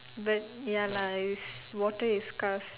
but ya lah is water is scarce